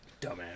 Dumbass